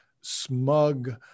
smug